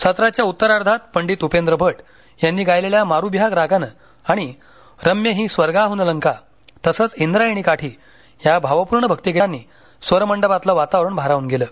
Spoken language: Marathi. सत्राच्या उत्तरार्धात पंडित उपेंद्र भट यांनी गायलेल्या मारू बिहाग रागानं आणि रम्य हि स्वर्गाहून लंका तसच इंद्रायणी काठी या भावपूर्ण भक्तिगीतांनी स्वरमंडपातील वातावरण भारावून गेलं